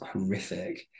horrific